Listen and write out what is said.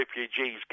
refugees